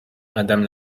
madame